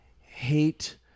hate